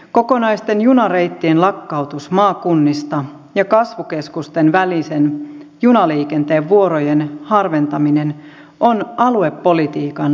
kokonaisten junareittien lakkautus maakunnista ja kasvukeskusten välisen junaliikenteen vuorojen harventaminen ovat aluepolitiikan alasajoa